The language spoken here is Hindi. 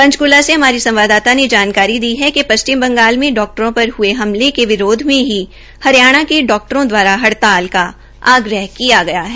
पंचकल्ग से हमारे संवाददाता ने जानकारी दी है पश्चिमबंगाल क डाक्टरों पर हये हमले के विरोध में ही हरियाणा के डाक्टरों द्वारा हड़ताल का आहवान किया जा रहा है